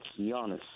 Giannis